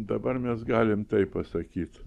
dabar mes galim taip pasakyt